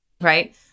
right